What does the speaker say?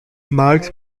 marx